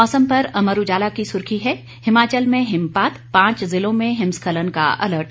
मौसम पर अमर उजाला की सुर्खी है हिमाचल में हिमपात पांच जिलों में हिमस्खलन का अलर्ट